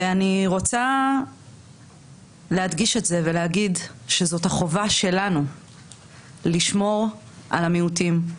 אני רוצה להדגיש את זה ולומר שזאת החובה שלנו לשמור על המיעוטים,